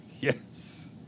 yes